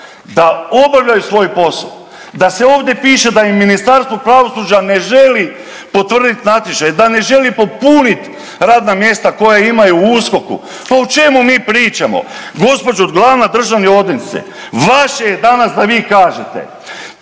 da obavljaju svoj posao, da se ovdje piše da im Ministarstvo pravosuđa ne želi potvrditi natječaj, da ne želi popuniti radna mjesta koja imaju u USKOKU, pa o čemu mi pričamo. Gospođo glavna državna odvjetnice, vaše je danas da vi kažete,